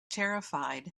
terrified